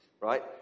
right